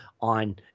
on